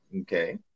Okay